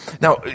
now